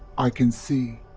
i can see.